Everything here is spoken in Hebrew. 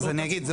אז אני אגיד,